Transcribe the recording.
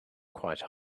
quite